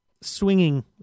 swinging